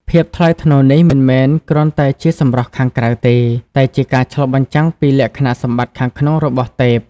ភាពថ្លៃថ្នូរនេះ មិនមែនគ្រាន់តែជាសម្រស់ខាងក្រៅទេ តែជាការឆ្លុះបញ្ចាំងពីលក្ខណៈសម្បត្តិខាងក្នុងរបស់ទេព។